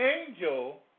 angel